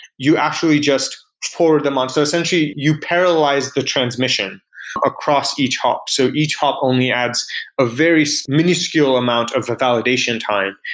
you actually just forward them on. so essentially, you paralyze the transmission across each hop, so each hop only adds a very minuscule amount of validation time,